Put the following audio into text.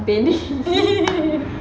pendek